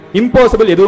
impossible